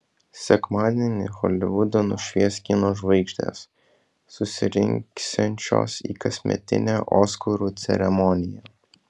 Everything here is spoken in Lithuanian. sekmadienį holivudą nušvies kino žvaigždės susirinksiančios į kasmetinę oskarų ceremoniją